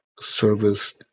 service